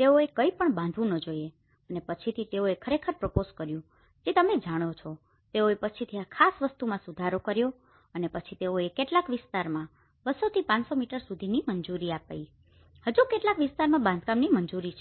તેઓએ કંઈપણ બાંધવું ન જોઈએ અને પછીથી તેઓએ ખરેખર પ્રપોઝ કર્યું છે જે તમે જાણો છોતેઓએ પછીથી આ ખાસ વસ્તુમાં સુધારો કર્યો છે અને પછી તેઓએ કેટલાક વિસ્તારોમાં 200 થી 500 મીટર સુધીની મંજૂરી આપી હતી હજુ પણ કેટલાક વિસ્તાર માં બાંધકામોની મંજૂરી છે